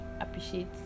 appreciate